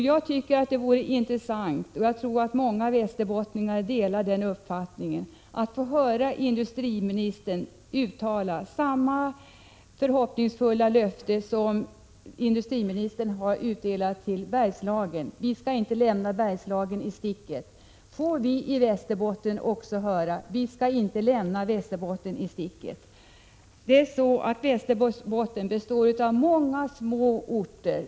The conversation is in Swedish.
Jag tycker att det vore intressant — och jag tror att många västerbottningar delar denna uppfattning — att få höra industriministern uttala samma förhoppningsfulla löfte som industriministern har utdelat till Bergslagen, nämligen: Vi skall inte lämna Bergslagen i sticket. Får också vi i Västerbotten höra att regeringen inte skall lämna Västerbotten i sticket? Västerbotten består av många små orter.